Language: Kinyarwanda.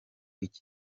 iki